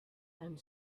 and